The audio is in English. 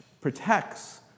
protects